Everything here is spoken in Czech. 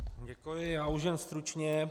Děkuji, já už jen stručně.